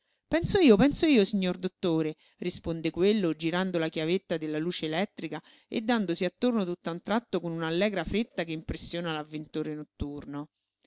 penso io penso io signor dottore risponde quello girando la chiavetta della luce elettrica e dandosi attorno tutt'a un tratto con una allegra fretta che impressiona l'avventore notturno